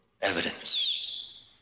evidence